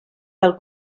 del